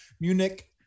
Munich